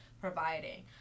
providing